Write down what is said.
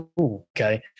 okay